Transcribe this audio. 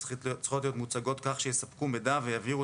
צריכות להיות מוצגות כך שיספקו מידע ויבהירו